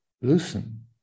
loosen